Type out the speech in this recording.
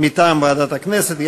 מטעם ועדת הכנסת.